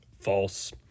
False